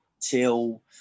till